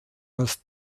aus